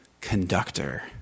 conductor